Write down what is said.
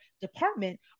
department